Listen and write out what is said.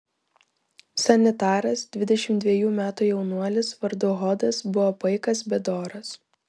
sanitaras dvidešimt dvejų metų jaunuolis vardu hodas buvo paikas bet doras